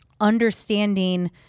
understanding